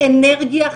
אנרגיה,